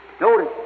notice